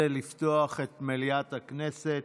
מליאת הכנסת.